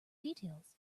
details